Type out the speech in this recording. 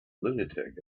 lunatic